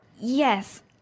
Yes